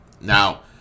Now